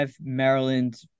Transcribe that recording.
Maryland